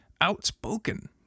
outspoken